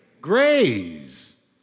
Graze